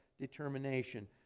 determination